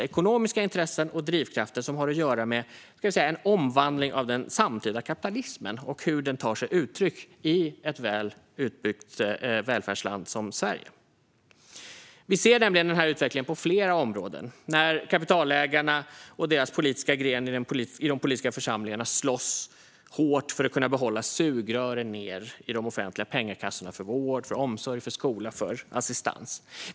Det är ekonomiska intressen och drivkrafter som har att göra med en omvandling av den samtida kapitalismen och hur den tar sig uttryck i ett väl utbyggt välfärdsland som Sverige. Vi ser nämligen denna utveckling på flera områden, till exempel när kapitalägarna och deras politiska grenar i de politiska församlingarna slåss hårt för att behålla sugrören ned i de offentliga pengakassorna för vård, omsorg, skola och assistans.